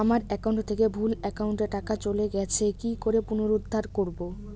আমার একাউন্ট থেকে ভুল একাউন্টে টাকা চলে গেছে কি করে পুনরুদ্ধার করবো?